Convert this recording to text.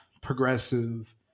progressive